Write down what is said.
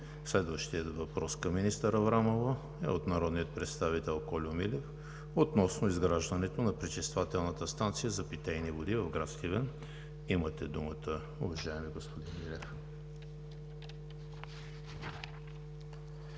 Следващият въпрос e от народния представител Кольо Милев относно изграждането на пречиствателната станция за питейни води в град Сливен. Имате думата, уважаеми господин Милев.